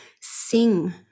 sing